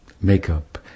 makeup